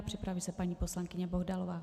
Připraví se paní poslankyně Bohdalová.